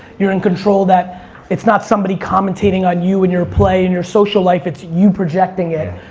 you're in control that it's not somebody commentating on you and your play and your social life, it's you projecting it.